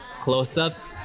close-ups